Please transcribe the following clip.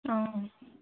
অঁ